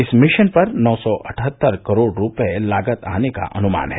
इस मिशन पर नौ सौ अठहत्तर करोड़ रूपये लागत आने का अनुमान है